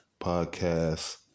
podcast